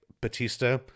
Batista